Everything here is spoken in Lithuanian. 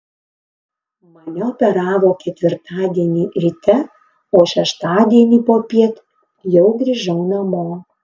mane operavo ketvirtadienį ryte o šeštadienį popiet jau grįžau namo